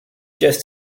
just